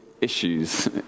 issues